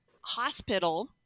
hospital